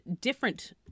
different